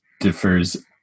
differs